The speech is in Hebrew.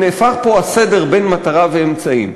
נהפך פה הסדר בין מטרה לאמצעי.